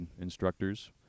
instructors